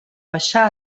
baixar